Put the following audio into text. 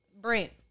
Brent